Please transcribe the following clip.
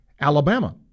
Alabama